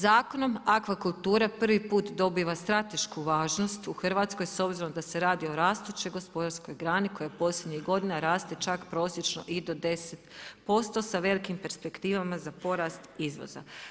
Zakonom akvakultura privi put dobiva stratešku važnost u Hrvatskoj s obzirom da se radi o rastućoj gospodarskoj grani koja posljednjih godina raste čak prosječno i do 10% sa velikim perspektivama za porast izvoza.